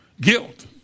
Guilt